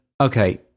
Okay